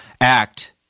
act